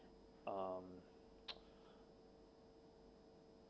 um